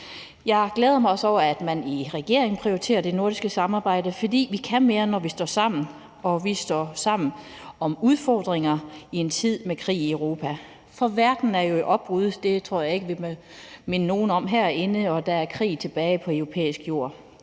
Jeg glæder mig også over, at man i regeringen prioriterer det nordiske samarbejde, for vi kan mere, når vi står sammen. Og vi står sammen om at håndtere udfordringerne i en tid med krig i Europa. For verden er jo i opbrud – det tror jeg ikke jeg behøver at minde nogen herinde om – og der er igen krig på europæisk jord.